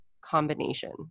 combination